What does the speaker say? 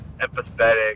empathetic